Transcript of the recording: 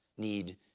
need